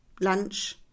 lunch